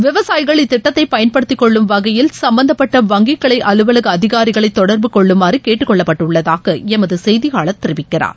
விவசாயிகள் இத்திட்டத்தை பயன்படுத்தி கொள்ளும் வகையில் சம்பந்தப்பட்ட வங்கி கிளை அலுவலக அதிகாரிகளை தொடர்பு கொள்ளுமாறு கேட்டுக் கொள்ளப்பட்டுள்ளதாக எமது செய்தியாளர் தெரிவிக்கிறார்